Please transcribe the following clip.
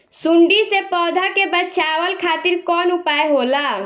सुंडी से पौधा के बचावल खातिर कौन उपाय होला?